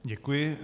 Děkuji.